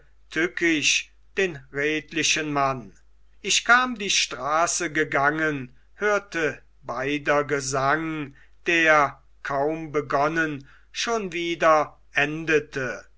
tückisch den redlichen mann ich kam die straße gegangen hörte beider gesang der kaum begonnen schon wieder endete